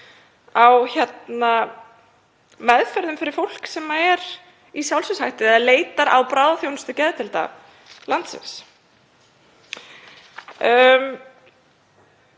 á meðferð fyrir fólk sem er í sjálfsvígshættu eða leitar á bráðaþjónustu geðdeilda landsins.